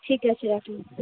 ঠিক আছে রাখলাম